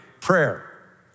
Prayer